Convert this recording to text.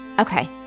Okay